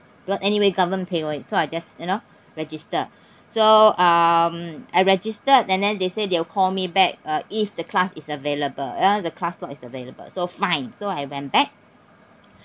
but anyway government pay one so I just you know register so um I registered and then they say they will call me back uh if the class is available uh the classroom is available so fine so I went back